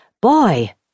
Boy